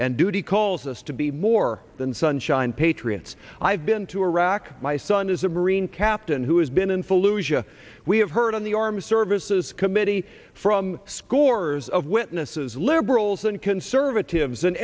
and duty calls us to be more than sunshine patriots i've been to iraq my son is a marine captain who has been in fallujah we have heard on the armed services committee from scores of witnesses liberals and conservatives and